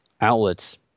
outlets